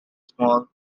small